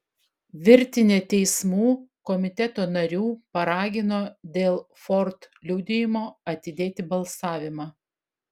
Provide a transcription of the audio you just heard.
virtinė teismų komiteto narių paragino dėl ford liudijimo atidėti balsavimą